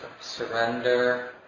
surrender